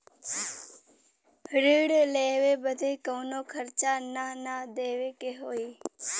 ऋण लेवे बदे कउनो खर्चा ना न देवे के होई?